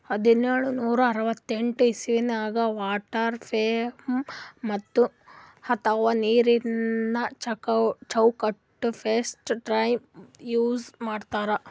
ಹದ್ದ್ನೋಳ್ ನೂರಾ ಅರವತ್ತೆಂಟ್ ಇಸವಿದಾಗ್ ವಾಟರ್ ಫ್ರೇಮ್ ಅಥವಾ ನೀರಿನ ಚೌಕಟ್ಟ್ ಫಸ್ಟ್ ಟೈಮ್ ಯೂಸ್ ಮಾಡಿದ್ರ್